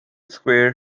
square